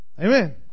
Amen